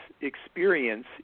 experience